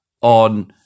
on